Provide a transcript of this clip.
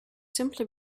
simply